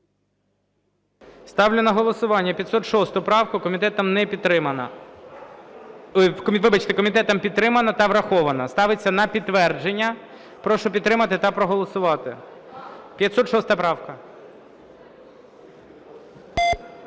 Ставлю на голосування 506 правку, комітетом не підтримана… Вибачте, комітетом підтримана та врахована, ставиться на підтвердження. Прошу підтримати та проголосувати, 506 правка.